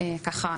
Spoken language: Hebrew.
ככה,